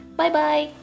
bye-bye